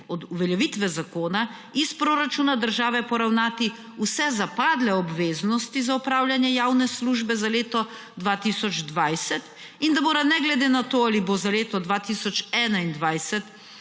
od uveljavitve zakona iz proračuna države poravnati vse zapadle obveznosti za opravljanje javne službe za leto 2020, in da mora ne glede na to ali bo za leto 2021